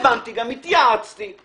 הבנתי, התייעצתי גם